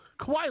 Kawhi